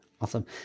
Awesome